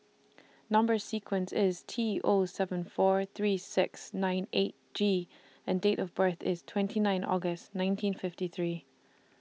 Number sequence IS T O seven four three six nine eight G and Date of birth IS twenty nine August nineteen fifty three